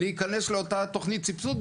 להיכנס לאותה תוכנית סבסוד,